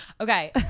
okay